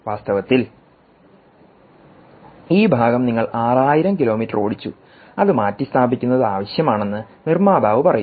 വാസ്തവത്തിൽഈ ഭാഗം നിങ്ങൾ 6000 kilometre ഓടിച്ചു അത് മാറ്റി സ്ഥാപിക്കുന്നത് ആവശ്യമാണെന്ന് നിർമ്മാതാവ് പറയും